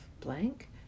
blank